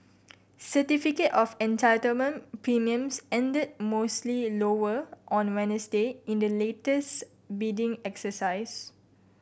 certificate of Entitlement premiums ended mostly lower on Wednesday in the latest bidding exercise